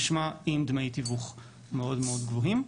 משמע, עם דמי תיווך מאוד-מאוד גבוהים.